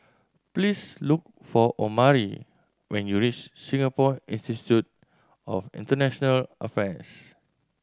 please look for Omari when you reach Singapore Institute of International Affairs